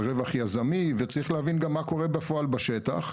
על רווח יזמי וצריך להבין גם מה קורה בפועל בשטח.